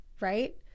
right